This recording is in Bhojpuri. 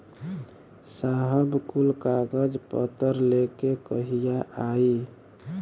साहब कुल कागज पतर लेके कहिया आई?